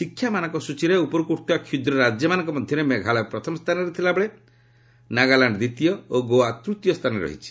ଶିକ୍ଷା ମାନକ ସ୍ୱଚୀରେ ଉପରକୁ ଉଠ୍ଥିବା କ୍ଷୁଦ୍ର ରାଜ୍ୟମାନଙ୍କ ମଧ୍ୟରେ ମେଘାଳୟ ପ୍ରଥମ ସ୍ଥାନରେ ଥିଲାବେଳେ ନାଗାଲାଣ୍ଡ ଦ୍ୱିତୀୟ ଓ ଗୋଆ ତୃତୀୟ ସ୍ଥାନରେ ରହିଛି